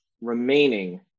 remaining